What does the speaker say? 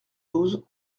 douze